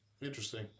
Interesting